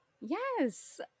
Yes